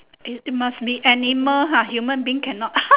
it it must be animal ha human being cannot